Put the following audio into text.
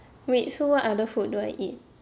wait so what other food do I eat